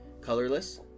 colorless